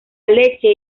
leche